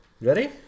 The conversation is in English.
Ready